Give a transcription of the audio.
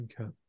Okay